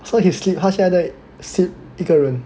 so he sleep 他现在一个人